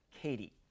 Katie